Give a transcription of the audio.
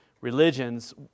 religions